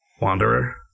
Wanderer